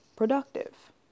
productive